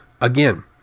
Again